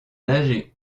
nager